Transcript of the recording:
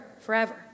forever